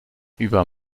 über